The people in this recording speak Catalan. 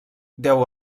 deu